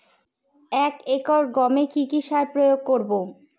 এক একর গমে কি কী সার প্রয়োগ করব?